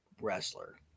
wrestler